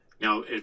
Now